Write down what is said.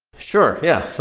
sure. yeah.